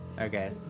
Okay